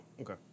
okay